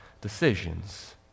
decisions